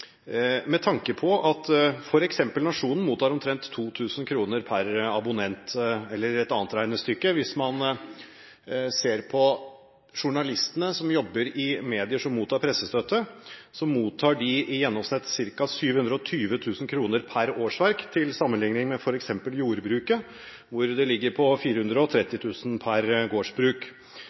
med nye momsordninger og nye støtteordninger knyttet opp til lederlønn og hva vet jeg. Det jeg lurer på, er knyttet til at f.eks. Nationen mottar omtrent 2 000 kr per abonnement. Eller et annet regnestykke: Hvis man ser på journalistene som jobber i medier som mottar pressestøtte, så mottar de i gjennomsnitt ca. 720 000 kr per årsverk til sammenligning